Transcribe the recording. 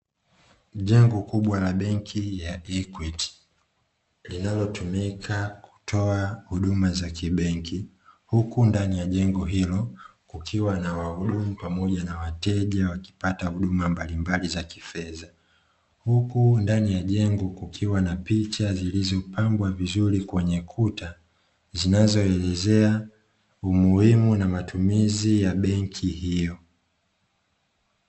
Jengo kubwa la benki ya "equity" linalotumika kutoa huduma za kibenki, huku ndani ya jengo hilo kukiwa na wahudumu pamoja na wateja wakipata huduma mbalimbali za kifedha ;huku ndani ya jengo kukiwa na picha zilizopangwa vizuri kwenye kuta zinazoelezea umuhimu na matumizi ya benki hiyo.